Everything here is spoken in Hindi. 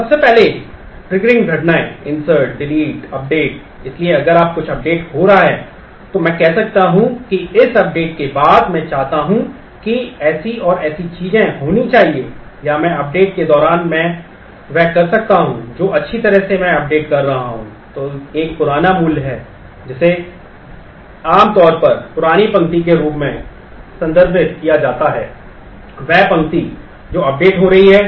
तो सबसे आम ट्रिगरिंग घटनाएँ हैं इन्सर्ट हो रही है